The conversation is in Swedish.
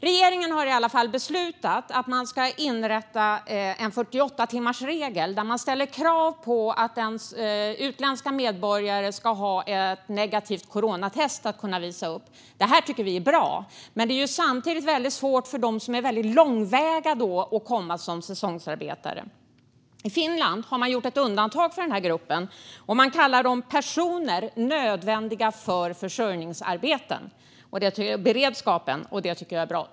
Regeringen har beslutat att man ska inrätta en 48-timmarsregel. Man ställer krav på att utländska medborgare ska ha ett negativt coronatest att visa upp. Det här tycker vi är bra, men det gör det samtidigt svårt för dem som är väldigt långväga att komma som säsongsarbetare. I Finland har man gjort ett undantag för den här gruppen. Man kallar dem personer nödvändiga för försörjningsberedskapen. Det tycker jag är bra.